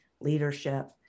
leadership